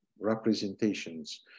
representations